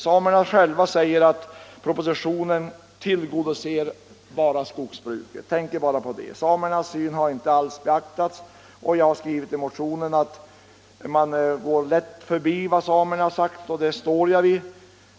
Samerna själva säger att i propositionen tänker man bara på skogsbruket och tillgodoser bara det — samernas syn på saken har inte alls beaktats. Vi har skrivit i motionen att man går lätt förbi vad samerna sagt, och det står jag för.